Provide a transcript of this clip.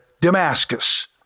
Damascus